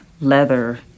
leather